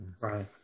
Right